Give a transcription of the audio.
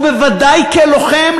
ובוודאי כלוחם,